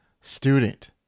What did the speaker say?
student